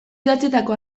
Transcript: idatzitako